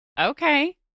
Okay